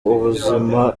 ubuzima